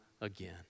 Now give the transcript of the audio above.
again